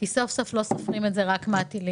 סוף סוף לא סופרים את זה רק מהטילים,